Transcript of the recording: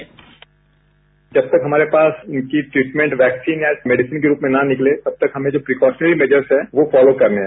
sound bite जब तक हमारे पास इनकी ट्रीटमेंट वैक्सीन या मेडिसन के रूप में ना निकले तब तक हमें जो प्रिकॉशनरी मैजर्स हैं वो फॉलो करने हैं